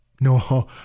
No